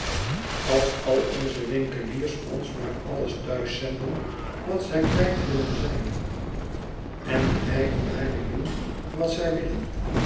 als al onze winkeliers ons maar alles thuis zenden wat zij kwijt willen zijn en de meiden daarmee doen wat zij willen